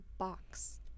Box